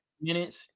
minutes